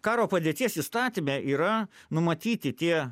karo padėties įstatyme yra numatyti tie